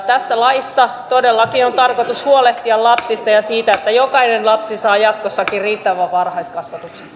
tässä laissa todellakin on tarkoitus huolehtia lapsista ja siitä että jokainen lapsi saa jatkossakin riittävän varhaiskasvatuksen